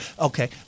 Okay